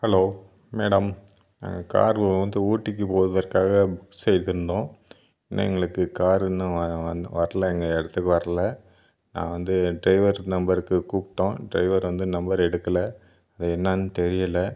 hello madam நாங்கள் car வந்து ஊட்டிக்கு போவதற்காக புக் செய்திருந்தோம் இன்னும் எங்களுக்கு கார் இன்னும் வந் வர்ல எங்கள் இடத்துக்கு வரல நான் வந்து ட்ரைவர் நம்பருக்கு கூப்பிட்டோம் ட்ரைவர் வந்து நம்பர் எடுக்கல அது என்னென்னு தெரியல